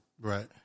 Right